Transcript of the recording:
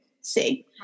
see